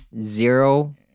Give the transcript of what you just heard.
Zero